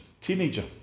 teenager